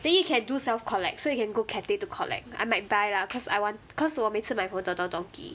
then you can do self collect so you can go cathay to collect I might buy lah because I want cause 我每次买 from don don donki